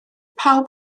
pawb